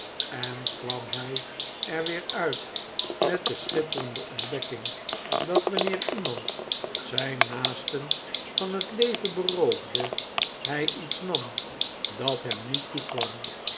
en kwam hy er weer uit met de schitterende ontdekking dat wanneer iemand zgn naasten van het leven beroofde hij iets nam dat hem niet toekwam